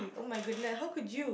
!oh-my-goodness! how could you